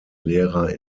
lehrer